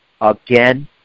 again